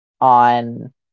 on